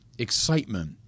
excitement